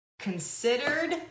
considered